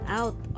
out